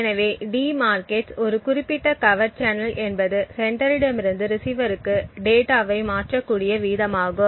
எனவே டி மார்கெட்ஸ் ஒரு குறிப்பிட்ட கவர்ட் சேனல் என்பது செண்டரிடமிருந்து ரிஸீவருக்கு டேட்டாவை மாற்றக்கூடிய வீதமாகும்